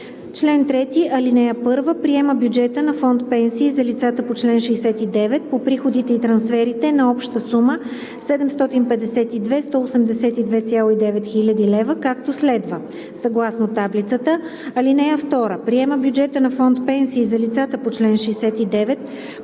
„Чл. 3. (1) Приема бюджета на фонд „Пенсии за лицата по чл. 69“ по приходите и трансферите на обща сума 752 182,9 хил. лв., както следва: съгласно таблицата. (2) Приема бюджета на фонд „Пенсии за лицата по чл. 69“ по